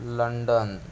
London